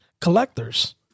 Collectors